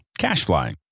CashFly